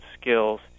skills